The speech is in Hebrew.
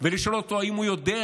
ולשאול אותו אם הוא יודע,